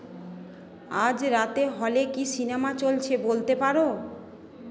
আজ রাতে হলে কি সিনেমা চলছে বলতে পারো